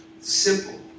Simple